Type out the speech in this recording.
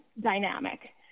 dynamic